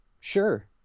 Sure